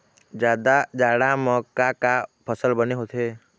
जादा जाड़ा म का का फसल बने होथे?